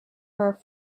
her